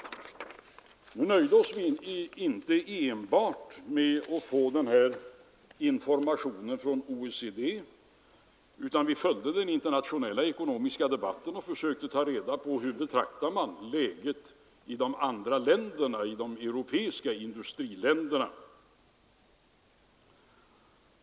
Vi nöjde oss inte enbart med att få denna information från OECD, utan vi följde den internationella ekonomiska debatten och försökte ta reda på hur man betraktar läget i de andra europeiska industriländerna.